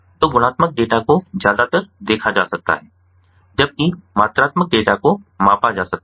तो गुणात्मक डेटा को ज्यादातर देखा जा सकता है जबकि मात्रात्मक डेटा को मापा जा सकता है